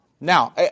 Now